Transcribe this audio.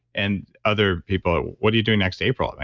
and other people, what are you doing next april?